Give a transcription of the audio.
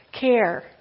care